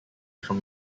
from